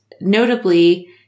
notably